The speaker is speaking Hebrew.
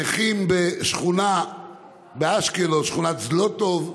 נכים בשכונה באשקלון, שכונת זולוטוב.